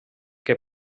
que